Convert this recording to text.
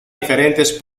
diferentes